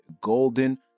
Golden